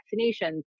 vaccinations